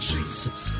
Jesus